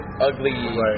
ugly